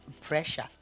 pressure